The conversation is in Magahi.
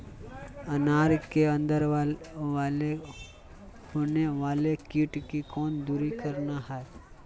अनार के अंदर होवे वाला कीट के कैसे दूर करना है?